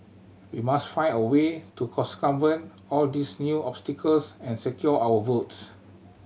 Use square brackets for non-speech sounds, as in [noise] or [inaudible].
we must find a way to [unintelligible] all these new obstacles and secure our votes